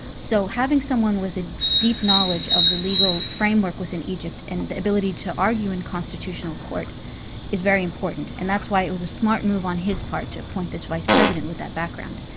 so having someone with a deep knowledge of the legal framework within egypt and the ability to argue in constitutional court is very important, and that's why it was a smart move on his part to appoint this vice-president with that background.